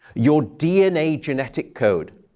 your dna genetic code.